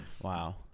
Wow